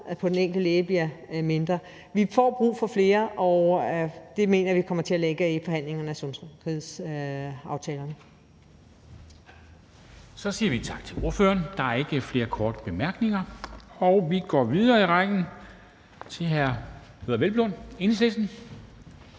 på den enkelte læge bliver mindre. Vi får brug for flere, og det mener vi kommer til at ligge i forhandlingerne om sundhedsaftalerne. Kl. 11:20 Formanden (Henrik Dam Kristensen): Så siger vi tak til ordføreren. Der er ikke flere korte bemærkninger. Vi går videre i rækken til hr. Peder Hvelplund, Enhedslisten.